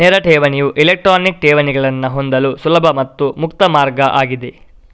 ನೇರ ಠೇವಣಿಯು ಎಲೆಕ್ಟ್ರಾನಿಕ್ ಠೇವಣಿಗಳನ್ನ ಹೊಂದಲು ಸುಲಭ ಮತ್ತೆ ಮುಕ್ತ ಮಾರ್ಗ ಆಗಿದೆ